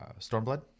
stormblood